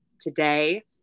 today